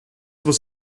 was